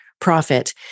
profit